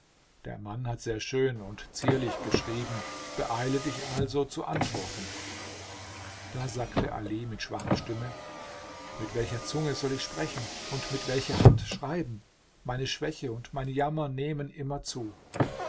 der mann hat sehr schön und zierlich geschrieben beeile dich also zu antworten da sagte ali mit schwacher stimme mit welcher zunge soll ich sprechen und mit welcher hand schreiben meine schwäche und mein jammer nehmen immer zu